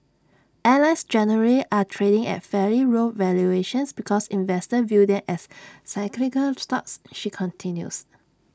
airlines generally are trading at fairly low valuations because investors view them as cyclical stocks she continues